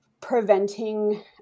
preventing